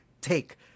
take